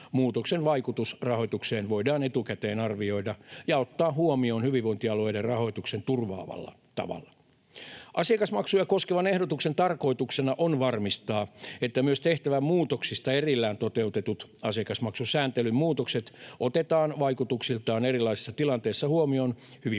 muutoksen vaikutus rahoitukseen voidaan etukäteen arvioida ja ottaa huomioon hyvinvointialueiden rahoituksen turvaavalla tavalla. Asiakasmaksuja koskevan ehdotuksen tarkoituksena on varmistaa, että myös tehtävämuutoksista erillään toteutetut asiakasmaksusääntelyn muutokset otetaan vaikutuksiltaan erilaisissa tilanteissa huomioon hyvinvointialueiden